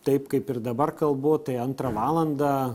taip kaip ir dabar kalbu tai antrą valandą